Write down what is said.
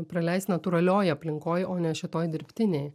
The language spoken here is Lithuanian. praleist natūralioj aplinkoj o ne šitoj dirbtinėj